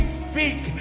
speak